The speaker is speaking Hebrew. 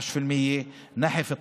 12%; נחף,